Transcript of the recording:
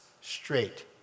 straight